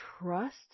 trust